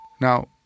Now